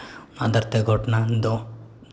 ᱟᱫᱷᱟᱨ ᱛᱮ ᱜᱷᱚᱴᱚᱱᱟ ᱫᱚ